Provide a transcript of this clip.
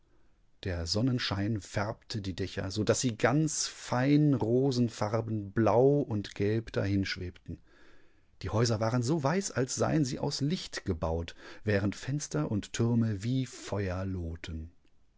der sonnenschein färbte die dächer so daß sie ganz fein rosenfarben blau und gelb dahinschwebten die häuser waren so weiß als seiensieauslichtgebaut währendfensterundtürmewiefeuerlohten und